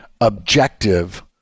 objective